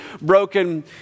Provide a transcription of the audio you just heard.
broken